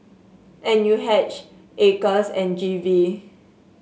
N U H Acres and G V